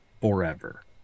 forever